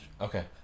Okay